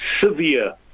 severe